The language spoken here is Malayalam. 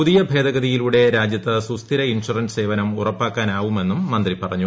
പുതിയ ഭേദഗതിയിലൂടെ രാജൃത്ത് സുസ്ഥിര ഇൻഷവറൻസ് സേവനം ഉറപ്പാക്കാനാവുമെന്നും മന്ത്രി പറഞ്ഞു